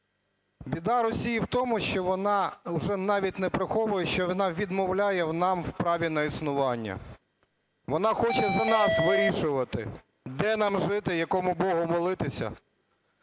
Біда Росії в тому, що вона уже навіть не приховує, що вона відмовляє нам в праві на існування. Вона хоче за нас вирішувати: де нам жити, якому богу молитися.